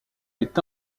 est